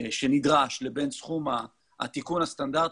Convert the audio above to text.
שנדרש לבין סכום התיקון הסטנדרטי,